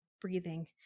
breathing